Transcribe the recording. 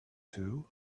two